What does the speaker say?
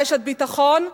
רשת ביטחון,